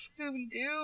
Scooby-Doo